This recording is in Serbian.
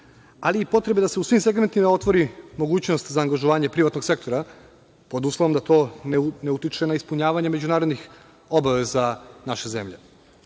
ali i potrebe da se u svim segmentima otvori mogućnost za angažovanje privatnog sektora, pod uslovom da to ne utiče na ispunjavanje međunarodnih obaveza naše zemlje.S